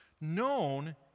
known